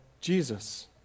Jesus